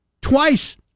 Twice